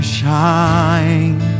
shine